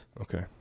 Okay